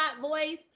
voice